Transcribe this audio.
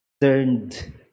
turned